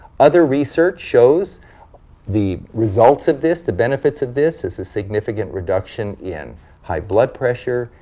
other research shows the results of this, the benefits of this, is a significant reduction in high blood pressure,